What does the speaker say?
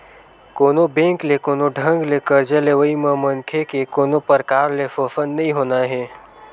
कोनो बेंक ले कोनो ढंग ले करजा लेवई म मनखे के कोनो परकार ले सोसन नइ होना हे